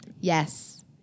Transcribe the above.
Yes